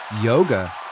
Yoga